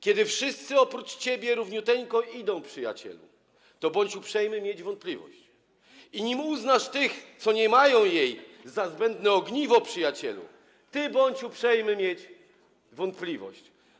Kiedy wszyscy oprócz ciebie równiuteńko idą, / przyjacielu, ty bądź uprzejmy mieć wątpliwość; /(...) i zanim uznasz tych, co mają ją za zbędne ogniwo, / przyjacielu, ty bądź uprzejmy mieć wątpliwość”